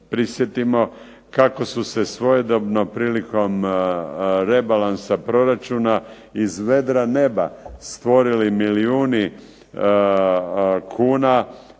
prisjetimo kako su se svojedobno prilikom rebalansa proračuna iz vedra neba stvorili milijuni kuna,